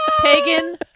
Pagan